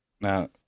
Now